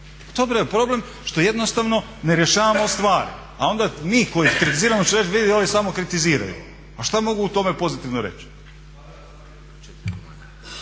tome je problem što jednostavno ne rješavamo stvari. A onda mi koji kritiziramo će reći vidi ovi samo kritiziraju. A što mogu u tome pozitivno reći?